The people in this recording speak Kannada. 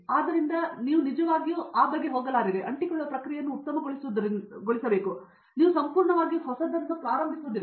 ಆದ್ದರಿಂದ ಇದರಿಂದಾಗಿ ನೀವು ನಿಜವಾಗಿ ಹೋಗಲಾರದು ನೀವು ಅಂಟಿಕೊಳ್ಳುವ ಪ್ರಕ್ರಿಯೆಯನ್ನು ಉತ್ತಮಗೊಳಿಸುವುದರಿಂದ ನೀವು ಸಂಪೂರ್ಣವಾಗಿ ಹೊಸದನ್ನು ಪ್ರಾರಂಭಿಸುವುದಿಲ್ಲ